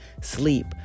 sleep